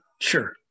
sure